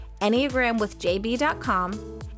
Enneagramwithjb.com